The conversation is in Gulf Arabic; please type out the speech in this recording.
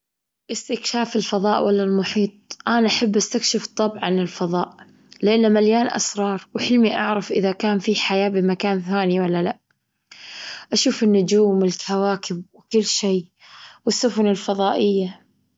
استكشاف الفضاء ولا المحيط، أنا أحب أستكشف طبعًا الفضاء، لأنه مليان أسرار، وحلمي أعرف إذا كان في حياة بمكان ثاني ولا لأ. أشوف النجوم والكواكب وكل شي والسفن الفضائية.